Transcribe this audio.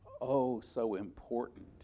oh-so-important